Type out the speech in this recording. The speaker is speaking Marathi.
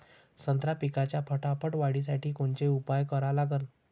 संत्रा पिकाच्या फटाफट वाढीसाठी कोनचे उपाव करा लागन?